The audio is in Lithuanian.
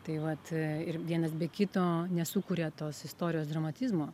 tai vat ir vienas be kito nesukuria tos istorijos dramatizmo